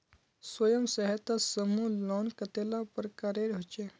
स्वयं सहायता समूह लोन कतेला प्रकारेर होचे?